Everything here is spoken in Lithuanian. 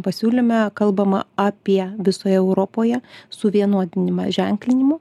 pasiūlyme kalbama apie visoje europoje suvienodinimą ženklinimų